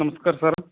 Namaskar sir